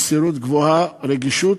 במסירות רבה,